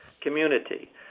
community